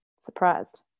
surprised